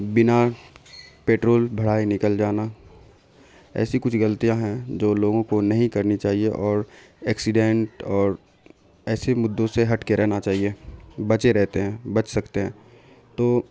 بنا پیٹرول بھرائے نکل جانا ایسی کچھ غلطیاں ہیں جو لوگوں کو نہیں کرنی چاہیے اور ایکسیڈینٹ اور ایسے مدوں سے ہٹ کے رہنا چاہیے بچے رہتے ہیں بچ سکتے ہیں تو